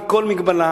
בלי כל מגבלה,